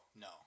no